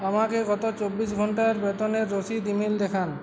আমাকে গত চব্বিশ ঘন্টা এর বেতনের রসিদের ইমেল দেখান